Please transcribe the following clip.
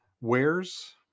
wares